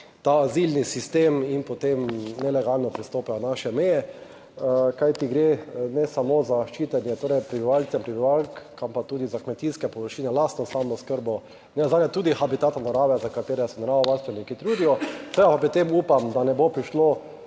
ta azilni sistem in potem nelegalno prestopajo naše meje. Kajti gre ne samo za ščitenje torej prebivalcev in prebivalk, ampak tudi za kmetijske površine, lastno samooskrbo, nenazadnje tudi habitatov narave, za katerega se naravovarstveniki trudijo. Seveda pa pri tem upam, da ne bo prišlo